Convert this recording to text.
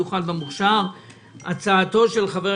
אני מוכן להתחיל לקדם את הנושא של השכר,